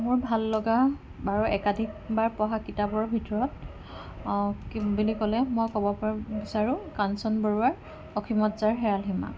মোৰ ভাল লগা বাৰু একাধিকবাৰ পঢ়া কিতাপৰ ভিতৰত বুলি ক'লে মই ক'ব পাৰোঁ বিচাৰোঁ কাঞ্চন বৰুৱাৰ অসীমত যাৰ হেৰাল সীমা